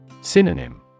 Synonym